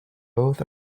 both